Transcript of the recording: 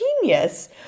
genius